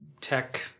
tech